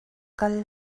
kal